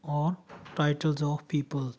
ਔਰ titles of people